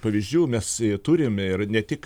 pavyzdžių mes turim ir ne tik